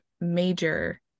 major